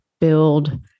build